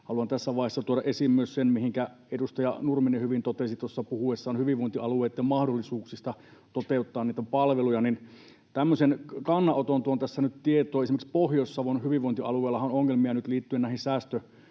haluan tässä vaiheessa tuoda esiin myös sen, minkä edustaja Nurminen tuossa hyvin totesi puhuessaan hyvinvointialueitten mahdollisuuksista toteuttaa niitä palveluja. Tämmöisen kannanoton tuon tässä nyt tietoon. Esimerkiksi Pohjois-Savon hyvinvointialueellahan on ongelmia nyt liittyen näihin säästötoimenpiteisiin,